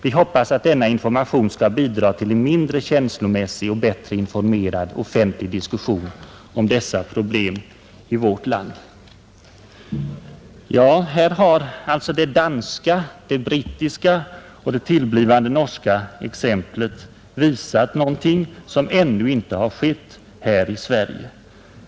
Vi hoppas att denna information skall bidra till en mindre känslomässig och bättre informerad offentlig diskussion om dessa problem i vårt land.” Här har jag med det danska, det brittiska och det blivande norska exemplet visat på någonting som ännu inte har skett här i Sverige.